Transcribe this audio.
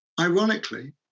ironically